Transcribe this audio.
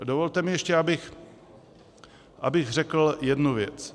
Dovolte mi ještě, abych řekl jednu věc.